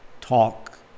talk